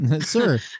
Sir